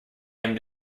him